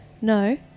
no